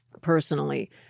personally